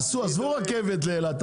עזבו רכבת לאילת,